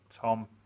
Tom